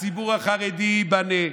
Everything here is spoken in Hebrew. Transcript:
הציבור החרדי ייבנה,